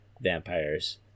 vampires